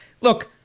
Look